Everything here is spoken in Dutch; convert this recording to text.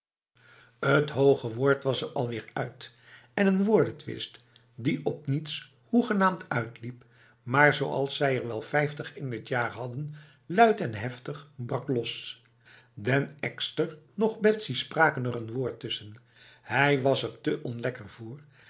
t hoge woord was er alweer uit en een woordentwist die op niets hoegenaamd uitliep maarzoals zij er wel vijftig in het jaar hadden luid en heftig brak los den ekster noch betsy spraken er een woord tussen hij was er te onlekker voor